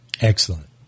Excellent